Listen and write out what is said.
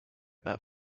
that